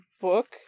book